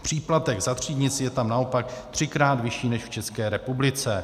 Příplatek za třídnictví je tam naopak třikrát vyšší než v České republice.